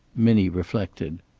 minnie reflected.